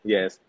Yes